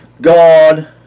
God